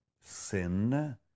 sin